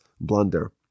blunder